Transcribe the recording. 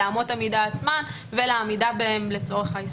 לאמות המידה עצמן ולעמידה בהן לצורך העסקה.